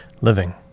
living